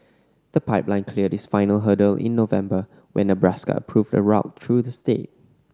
the pipeline cleared its final hurdle in November when Nebraska approved a route through the state